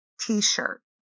T-shirt